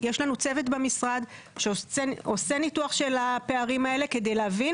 יש לנו צוות במשרד שעושה ניתוח של הפערים האלו כדי להבין